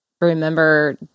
remember